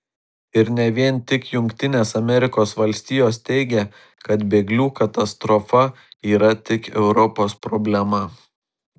ir ne vien tik jungtinės amerikos valstijos teigia kad bėglių katastrofa yra tik europos problema